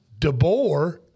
DeBoer